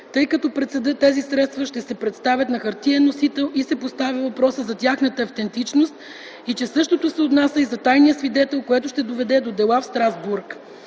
тъй като пред съда тези средства ще се представят на хартиен носител, и се поставя въпросът за тяхната автентичност и че същото се отнася и за тайния свидетел, което ще доведе до дела в Страсбург.